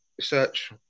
search